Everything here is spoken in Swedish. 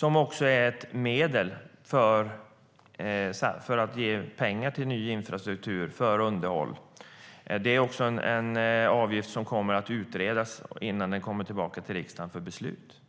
Den är också ett medel för att ge pengar till ny infrastruktur och underhåll. Det är en avgift som kommer att utredas innan den kommer tillbaka till riksdagen för beslut.